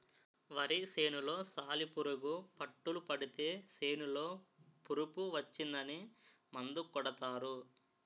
వరి సేనులో సాలిపురుగు పట్టులు పడితే సేనులో పురుగు వచ్చిందని మందు కొడతారు